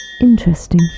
Interesting